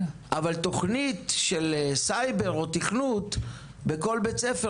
אבל תוכנית של סייבר או תכנות בכל בית ספר,